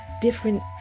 different